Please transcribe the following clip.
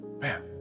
Man